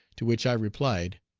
to which i replied,